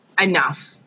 enough